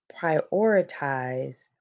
prioritize